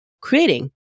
creating